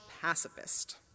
pacifist